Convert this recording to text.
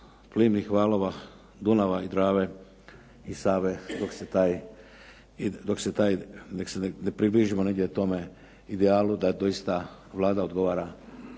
plimnih valova Dunava i Drave i Save dok se ne približimo negdje tome idealu da doista Vlada odgovara